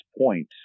point